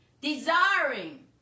desiring